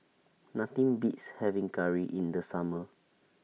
Nothing Beats having Curry in The Summer